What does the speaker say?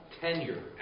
tenure